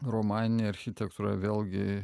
romaninė architektūra vėlgi